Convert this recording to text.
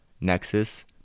Nexus